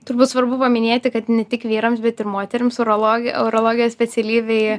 turbūt svarbu paminėti kad ne tik vyrams bet ir moterims urologi urologijos specialybėje